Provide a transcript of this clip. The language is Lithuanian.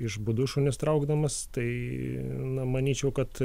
iš būdų šunis traukdamas tai na manyčiau kad